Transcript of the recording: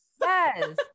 yes